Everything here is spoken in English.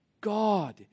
God